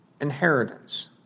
inheritance